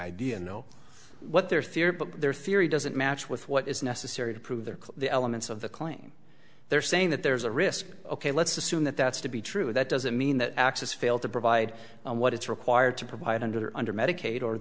idea no what their theory their theory doesn't match with what is necessary to prove their case the elements of the claim they're saying that there's a risk ok let's assume that that's to be true that doesn't mean that access failed to provide what it's required to provide under under medicaid or